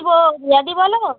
কি বো বড়দি বলো